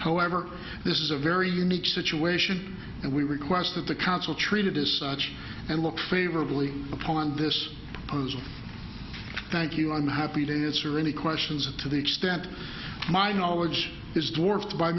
however this is a very unique situation and we request that the council treated as such and look favor upon this thank you i'm happy to answer any questions to the extent my knowledge is d